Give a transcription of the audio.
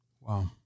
Wow